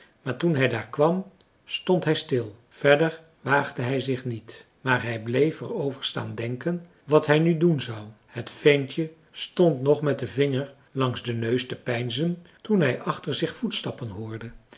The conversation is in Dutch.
maar toen hij daar kwam stond hij stil verder waagde hij zich niet maar hij bleef er over staan denken wat hij nu doen zou het ventje stond nog met den vinger langs den neus te peinzen toen hij achter zich voetstappen hoorde